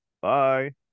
Bye